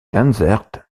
dansaert